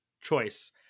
choice